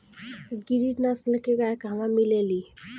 गिरी नस्ल के गाय कहवा मिले लि?